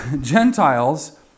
Gentiles